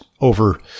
over